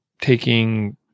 Taking